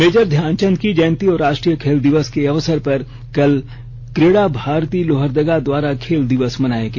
major Dhyan Chand की जयंती और राष्ट्रीय खेल दिवस के अवसर कल क्रीड़ा भारती लोहरदगा द्वारा खेल दिवस मनाया गया